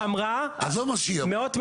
עזוב מה שהיא אמרה.